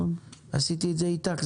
עשיתי את זה איתך.